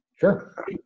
Sure